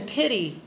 pity